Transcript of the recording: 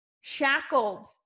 shackled